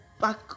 back